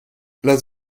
las